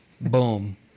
Boom